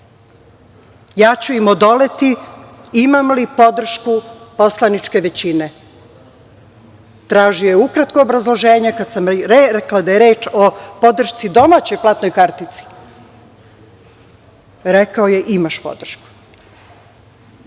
Ja ću im odoleti, imam li podršku poslaničke većine? Tražio je ukratko obrazloženje kada sam rekla da je reč o podršci domaćoj platnoj kartici. Rekao je - imaš podršku. Pritisci